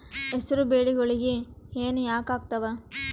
ಹೆಸರು ಬೆಳಿಗೋಳಿಗಿ ಹೆನ ಯಾಕ ಆಗ್ತಾವ?